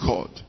God